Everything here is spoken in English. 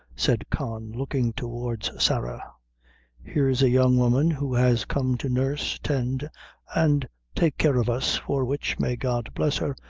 said con, looking towards sarah here's a young woman who has come to nurse, tend and take care of us, for which, may god bless her,